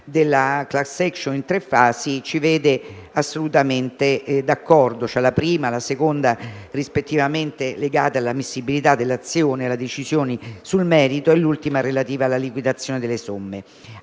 della *class action* in tre fasi ci vede assolutamente d'accordo: la prima e la seconda legate all'ammissibilità dell'azione e alla decisione sul merito e l'ultima relativa alla liquidazione delle somme.